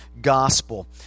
gospel